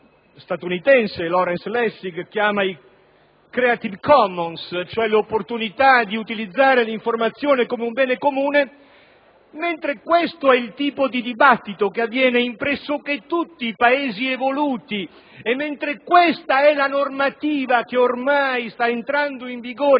Lawrence Lessig chiama i *creative commons*, cioè l'opportunità di utilizzare l'informazione come un bene comune; dunque, mentre questo è il tipo di dibattito che avviene in quasi tutti i Paesi evoluti e mentre questa è la normativa che ormai sta entrando in vigore